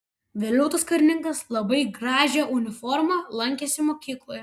vėliau tas karininkas labai gražia uniforma lankėsi mokykloje